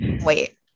Wait